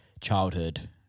childhood